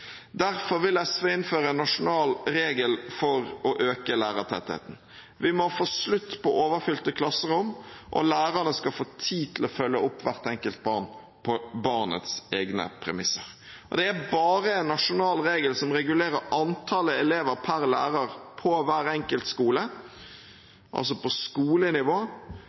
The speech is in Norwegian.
Derfor vil SV innføre en nasjonal regel for å øke lærertettheten. Vi må få slutt på overfylte klasserom, og lærerne skal få tid til å følge opp hvert enkelt barn på barnets egne premisser. Det er bare en nasjonal regel som regulerer antallet elever per lærer på hver enkelt skole – altså på skolenivå